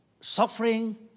suffering